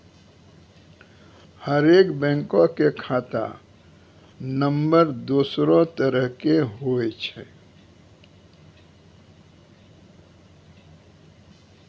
हरेक बैंको के खाता नम्बर दोसरो तरह के होय छै